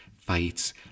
fights